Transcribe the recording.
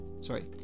sorry